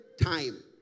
time